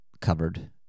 covered